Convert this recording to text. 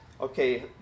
okay